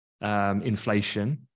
inflation